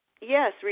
Yes